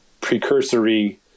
precursory